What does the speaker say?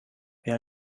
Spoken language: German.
wer